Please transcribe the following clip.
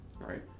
right